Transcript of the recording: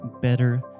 better